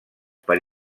per